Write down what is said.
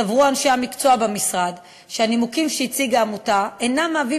סברו אנשי המקצוע במשרד שהנימוקים שהציגה העמותה אינם מהווים